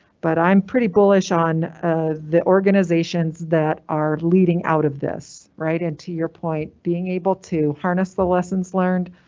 but i'm pretty bullish on the organizations that are leading out of this right. and to your point, being able to harness the lessons learned.